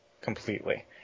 completely